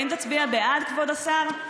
האם תצביע בעד, כבוד השר?